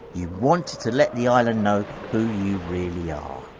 you wanted to let the island know who you really are.